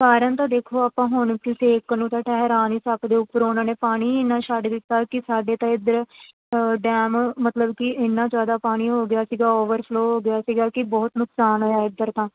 ਕਾਰਨ ਤਾਂ ਦੇਖੋ ਆਪਾਂ ਹੁਣ ਕਿਸੇ ਇੱਕ ਨੂੰ ਤਾਂ ਠਹਿਰਾ ਨਹੀਂ ਸਕਦੇ ਉੱਪਰੋਂ ਉਹਨਾਂ ਨੇ ਪਾਣੀ ਇੰਨਾ ਛੱਡ ਦਿੱਤਾ ਕਿ ਸਾਡੇ ਤਾਂ ਇੱਧਰ ਡੈਮ ਮਤਲਬ ਕਿ ਇੰਨਾ ਜ਼ਿਆਦਾ ਪਾਣੀ ਹੋ ਗਿਆ ਸੀਗਾ ਓਵਰ ਫਲੋ ਹੋ ਗਿਆ ਸੀਗਾ ਕਿ ਬਹੁਤ ਨੁਕਸਾਨ ਹੋਇਆ ਇੱਧਰ ਤਾਂ